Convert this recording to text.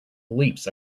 leaps